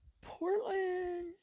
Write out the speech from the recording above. Portland